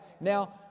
Now